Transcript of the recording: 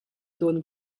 tawn